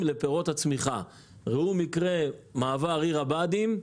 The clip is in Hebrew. ראו מקרה מעבר עיר הבה"דים.